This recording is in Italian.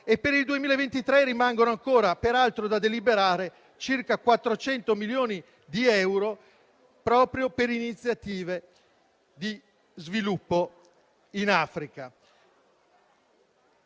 Per il 2023 rimangono ancora peraltro da deliberare circa 400 milioni di euro proprio per iniziative di sviluppo in Africa.